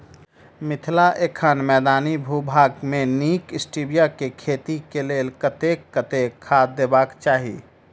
मिथिला एखन मैदानी भूभाग मे नीक स्टीबिया केँ खेती केँ लेल कतेक कतेक खाद देबाक चाहि?